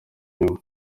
nyuma